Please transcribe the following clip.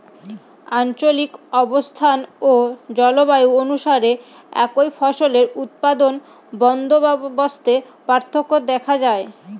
আঞ্চলিক অবস্থান ও জলবায়ু অনুসারে একই ফসলের উৎপাদন বন্দোবস্তে পার্থক্য দেখা যায়